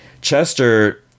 Chester